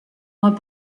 moins